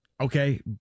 Okay